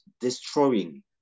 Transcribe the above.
destroying